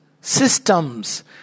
systems